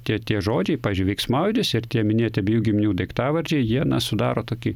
tie tie žodžiai pavyzdžiui veiksmaodis ir tie minėti abiejų giminių daiktavardžiai jie na sudaro tokį